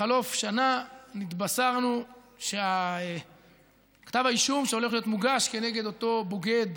בחלוף שנה נתבשרנו שכתב האישום שהולך להיות מוגש כנגד אותו בוגד,